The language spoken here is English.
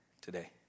today